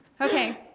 Okay